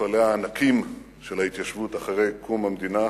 ומפעל הענקים של ההתיישבות אחרי קום המדינה,